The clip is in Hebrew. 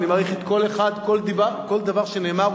ואני מעריך כל דבר שנאמר,